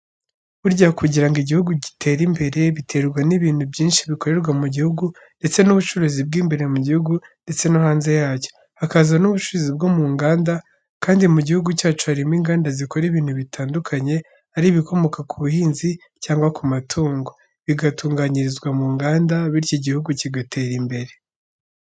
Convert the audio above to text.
Burya kugira ngo igihugu gitere imbere, biterwa n'ibintu byinshi bikorerwa mu gihugu ndetse n'ubucuruzi bw'imbere mu gihugu ndetse no hanze yacyo, hakaza n'ubucuruzi bwo mu nganda, kandi mu gihugu cyacu harimo inganda zikora ibintu bitandukanye, ari ibikomoka ku buhinzi cyangwa ku matungo, bigatunganyirizwa mu nganda, bityo igihugu kigatera imbere.